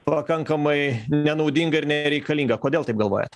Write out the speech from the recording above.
pakankamai nenaudinga ir nereikalinga kodėl taip galvojat